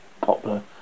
popular